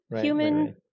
human